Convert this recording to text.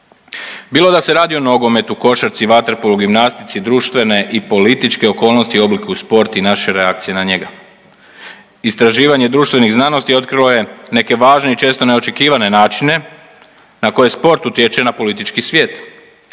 bilo da se radi o nogometu, košarci, vaterpolu, gimnastici, društvene i političke okolnosti oblikuju sport i naše reakcije na njega. Istraživanje društvenih znanosti otkrilo je neke važne i često neočekivane načine na koje sport utječe na politički svijet.